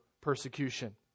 persecution